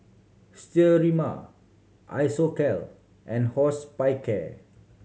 Sterimar Isocal and Hospicare